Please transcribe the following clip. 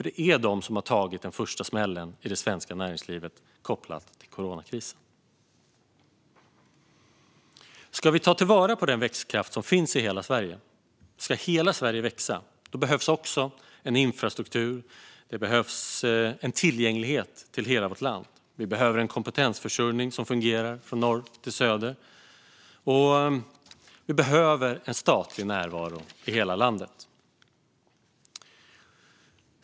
Det är de som har tagit den första smällen i det svenska näringslivet kopplat till coronakrisen. Ska vi ta till vara den växtkraft som finns i hela Sverige så att hela Sverige kan växa behövs också en infrastruktur, en tillgänglighet till hela vårt land, en kompetensförsörjning som fungerar från norr till söder och en statlig närvaro i hela landet.